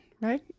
right